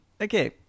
Okay